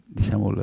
diciamo